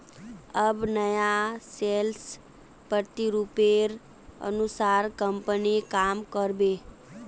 अब नया सेल्स प्रतिरूपेर अनुसार कंपनी काम कर बे